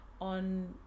on